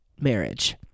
marriage